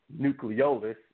nucleolus